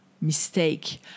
mistake